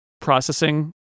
Processing